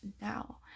now